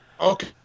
Okay